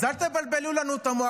אז אל תבלבלו לנו את המוח,